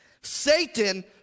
Satan